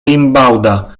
rimbauda